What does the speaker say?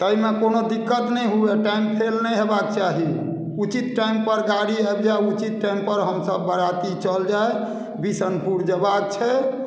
एहिमे कोनो दिक्कत नहि हुए टाइम फेल नहि होयबाक चाही उचित टाइमपर गाड़ी आबि जाय उचित टाइमपर हमसभ बरयाती चल जाइ बिसनपुर जयबाक छै